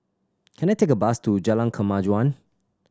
can I take a bus to Jalan Kemajuan